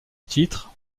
titre